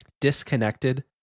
disconnected